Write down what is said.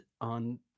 on